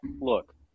look